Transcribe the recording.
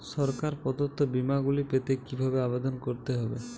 সরকার প্রদত্ত বিমা গুলি পেতে কিভাবে আবেদন করতে হবে?